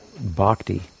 bhakti